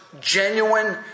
genuine